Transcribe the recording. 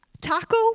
Taco